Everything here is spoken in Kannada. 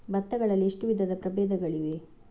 ಭತ್ತ ಗಳಲ್ಲಿ ಎಷ್ಟು ವಿಧದ ಪ್ರಬೇಧಗಳಿವೆ?